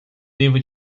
devo